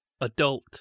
adult